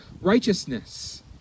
righteousness